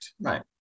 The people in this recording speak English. Right